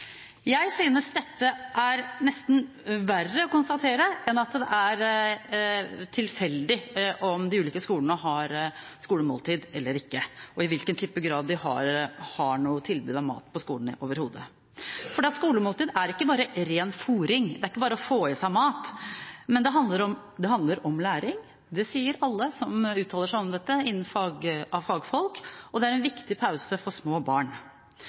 Jeg synes dette nesten er verre å konstatere enn at det er tilfeldig om de ulike skolene har skolemåltid eller ikke, og i hvilken grad de har noe tilbud om mat på skolen overhodet. For skolemåltid er ikke bare ren fôring, det er ikke bare å få i seg mat. Det handler om læring – det sier alle fagfolk som uttaler seg om dette – og det er en viktig pause for små barn.